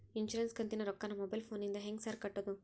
Insurance ಕಂತಿನ ರೊಕ್ಕನಾ mobile ಫೋನಿಂದ ಹೆಂಗ್ ಸಾರ್ ಕಟ್ಟದು?